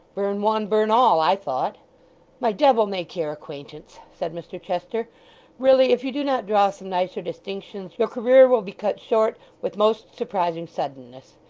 burn one, burn all, i thought my devil-may-care acquaintance said mr chester really if you do not draw some nicer distinctions, your career will be cut short with most surprising suddenness.